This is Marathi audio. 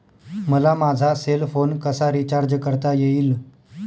मला माझा सेल फोन कसा रिचार्ज करता येईल?